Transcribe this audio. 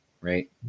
right